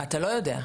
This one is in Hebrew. אתה לא יודע.